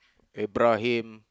Ibrahim